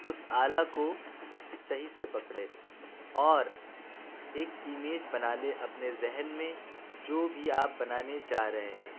اُس آلہ کو صحیح سے پکڑے اور ایک ایمیز بنا لے اپنے ذہن میں جو بھی آپ بنانے جا رہے ہیں